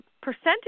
percentage